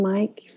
Mike